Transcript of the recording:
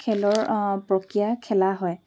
খেলৰ প্ৰক্ৰিয়া খেলা হয়